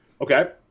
Okay